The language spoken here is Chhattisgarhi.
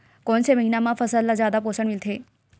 कोन से महीना म फसल ल जादा पोषण मिलथे?